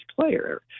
player